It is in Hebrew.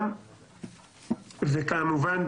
וכמובן,